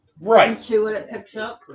Right